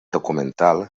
documental